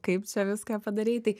kaip čia viską padarei tai